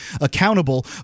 accountable